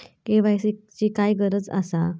KYC ची काय गरज आसा?